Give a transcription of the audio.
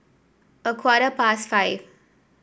a quarter past five